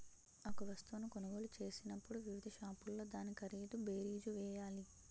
ఒక వస్తువును కొనుగోలు చేసినప్పుడు వివిధ షాపుల్లో దాని ఖరీదు బేరీజు వేయాలి